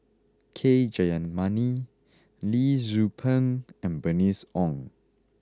K Jayamani Lee Tzu Pheng and Bernice Ong